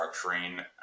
structuring